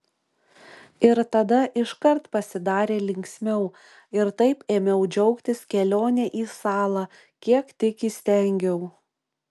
ir tada iškart pasidarė linksmiau ir taip ėmiau džiaugtis kelione į salą kiek tik įstengiau